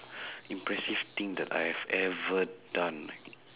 impressive thing that I have ever done